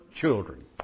children